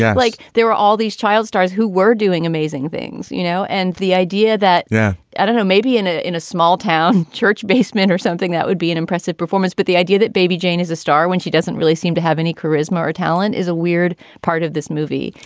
yeah like there were all these child stars who were doing amazing things, you know. and the idea that, yeah, i don't know, maybe in a in a small town church basement or something, that would be an impressive performance. but the idea that baby jane is a star when she doesn't really seem to have any charisma or talent is a weird part of this movie.